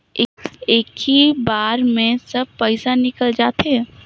इक्की बार मे सब पइसा निकल जाते?